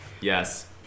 yes